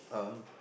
uh